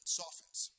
softens